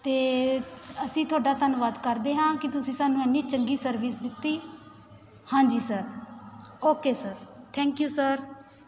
ਅਤੇ ਅਸੀਂ ਤੁਹਾਡਾ ਧੰਨਵਾਦ ਕਰਦੇ ਹਾਂ ਕਿ ਤੁਸੀਂ ਸਾਨੂੰ ਇੰਨੀ ਚੰਗੀ ਸਰਵਿਸ ਦਿੱਤੀ ਹਾਂਜੀ sir okay sir thank you sir